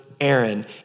Aaron